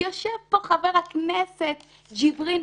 יושב פה חבר הכנסת ג'בארין,